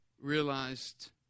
realized